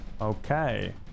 Okay